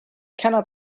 cannot